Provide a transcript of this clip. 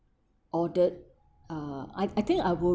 ordered uh I I think I will